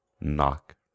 knock